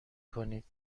کنید